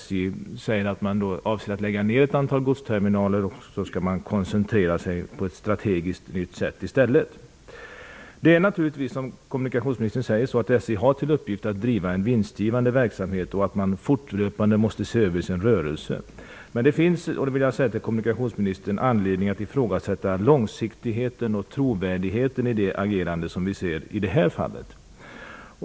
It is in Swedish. SJ säger att man avser att lägga ned ett antal godsterminaler, och man skall koncentrera sig på ett strategiskt nytt sätt i stället. Det är naturligtvis som kommunikationsministern säger: SJ har till uppgift att driva en vinstgivande verksamhet och måste fortlöpande se över sin rörelse. Men det finns, och det vill jag säga till kommunikationsministern, anledning att ifrågasätta långsiktigheten och trovärdigheten i det agerande som vi ser i detta fall.